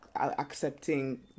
accepting